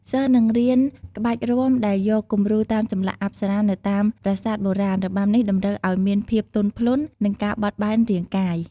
សិស្សនឹងរៀនក្បាច់រាំដែលយកគំរូតាមចម្លាក់អប្សរានៅតាមប្រាសាទបុរាណ របាំនេះតម្រូវឱ្យមានភាពទន់ភ្លន់ និងការបត់បែនរាងកាយ។